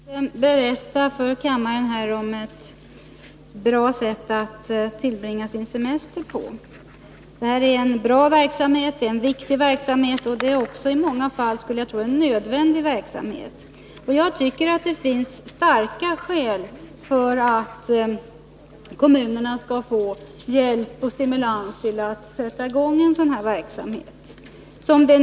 Herr talman! Jag har velat berätta för kammaren om ett bra sätt att tillbringa sin semester på. Det här är en bra verksamhet, en viktig verksamhet, och det är också i många fall en nödvändig verksamhet, skulle jag tro. Jag tycker att det finns starka skäl för att kommunerna skall få hjälp och stimulans till att sätta i gång sådan verksamhet.